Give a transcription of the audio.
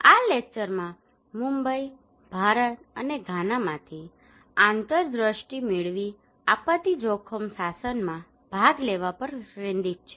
આ લેક્ચમાં મુંબઇ ભારત અને ઘાનામાંથી આંતરદૃષ્ટિ મેળવી આપત્તિ જોખમ શાસનમાં ભાગ લેવા પર કેન્દ્રિત છે